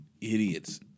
idiots